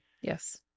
Yes